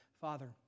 Father